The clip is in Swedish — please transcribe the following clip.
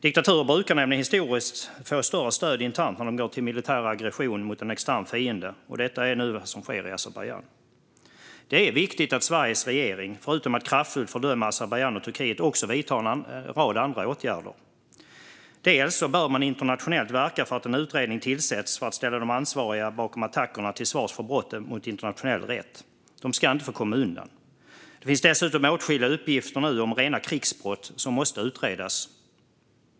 Diktaturer brukar nämligen historiskt få stort stöd internt när de går till militär aggression mot en extern fiende. Detta är vad som nu sker i Azerbajdzjan. Det är viktigt att Sveriges regering, förutom att kraftfullt fördöma Azerbajdzjan och Turkiet, också vidtar en rad andra åtgärder. För det första bör man internationellt verka för att en utredning tillsätts för att ställa de ansvariga bakom attackerna till svars för brotten mot internationell rätt. De ska inte få komma undan. Det finns nu dessutom åtskilliga uppgifter om rena krigsbrott som måste utredas.